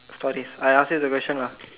stories I ask you the question lah